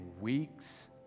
weeks